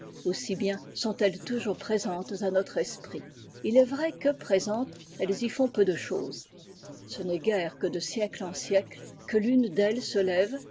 aussi bien sont-elles toujours présentes à notre esprit il est vrai que présentes elles y font peu de chose ce n'est guère que de siècle en siècle que l'une d'elles se lève